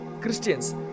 Christians